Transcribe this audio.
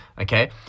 okay